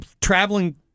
traveling